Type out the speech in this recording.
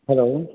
hello